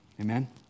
Amen